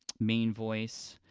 main voice,